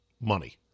money